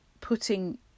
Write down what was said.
putting